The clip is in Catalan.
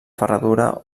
ferradura